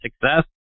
success